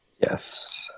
Yes